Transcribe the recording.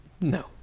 No